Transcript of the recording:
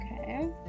Okay